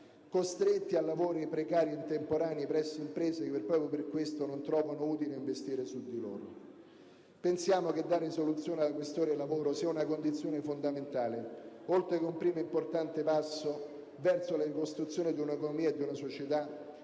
costretti a lavori precari e temporanei presso imprese che proprio per questo non trovano utile investire su di loro. Pensiamo che dare soluzione alla questione lavoro sia una condizione fondamentale, oltre che un primo importante passo verso la ricostruzione di una economia e di una società